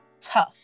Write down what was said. tough